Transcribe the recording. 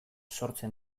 sortzen